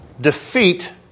defeat